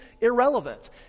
irrelevant